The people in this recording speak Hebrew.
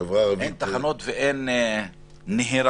אין תחנות ואין נהירה